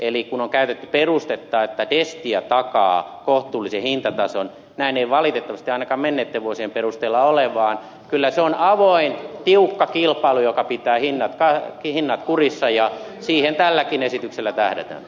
eli kun on käytetty perustetta että destia takaa kohtuullisen hinta tason näin ei valitettavasti ainakaan menneitten vuosien perusteella ole vaan kyllä se on avoin tiukka kilpailu joka pitää hinnat kurissa ja siihen tälläkin esityksellä tähdätään